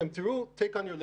זה כלום.